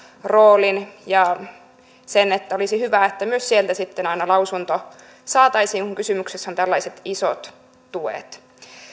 roolin ja sen että olisi hyvä että myös sieltä sitten aina lausunto saataisiin kun kysymyksessä ovat tällaiset isot tuet